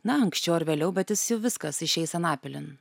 na anksčiau ar vėliau bet viskas išeis anapilin